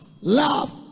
love